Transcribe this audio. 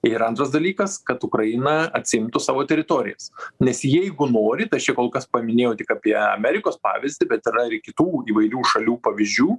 ir antras dalykas kad ukraina atsiimtų savo teritorijas nes jeigu nori tai aš čia kol kas paminėjau tik apie amerikos pavyzdį bet yra ir kitų įvairių šalių pavyzdžių